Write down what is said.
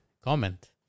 comment